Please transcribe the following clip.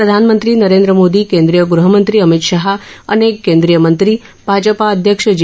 प्रधानमंत्री नरेंद्र मोदी केंद्रीय गृहमंत्री अमित शहा अनेक केंद्रीय मंत्री भाजप अध्यक्ष जे